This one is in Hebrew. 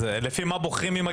לפי מה בוחרים מי מגיע לשם?